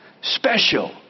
Special